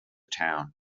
town